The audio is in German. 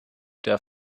der